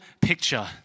picture